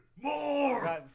more